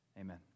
Amen